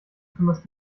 kümmerst